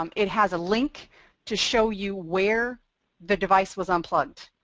um it has a link to show you where the device was unplugged